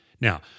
Now